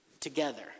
together